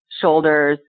shoulders